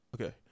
okay